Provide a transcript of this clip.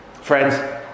Friends